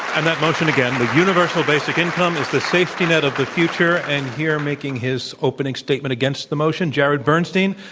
and that motion again, the universal basic income is the safety net of the future. and here making his opening statement against the motion, jared bernstein,